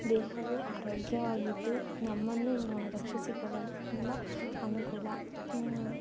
ದೇಹವು ಆರೋಗ್ಯವಾಗಿದ್ದು ನಮ್ಮನ್ನು ನ ರಕ್ಷಿಸಿಕೊಳ್ಳಲು ತುಂಬ ಅನುಕೂಲ